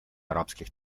арабских